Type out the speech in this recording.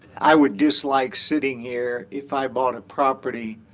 i would dislike sitting here if i bought a property